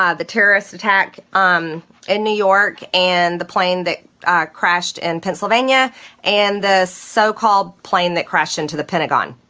ah the terrorist attack um in new york and the plane that ah crashed in and pennsylvania and the so-called plane that crashed into the pentagon.